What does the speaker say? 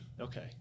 Okay